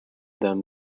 them